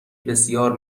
بسیار